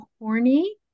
horny